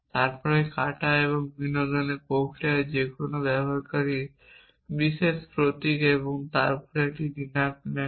তারপর কাটা এবং বিনোদন পরিকল্পনা যে কোনো ব্যবহারকারীর বিশেষ প্রতীক এবং তারপর একটি ডিনার প্ল্যান